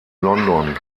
london